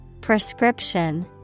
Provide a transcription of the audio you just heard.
Prescription